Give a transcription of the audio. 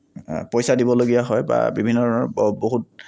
পইচা দিবলগীয়া হয় বা বিভিন্ন ধৰণৰ বহুত